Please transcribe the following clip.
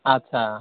आस्सा